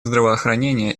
здравоохранение